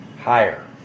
higher